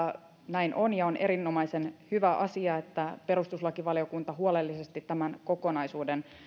näin on ja on erinomaisen hyvä asia että perustuslakivaliokunta huolellisesti tämän kokonaisuuden